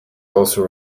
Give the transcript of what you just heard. also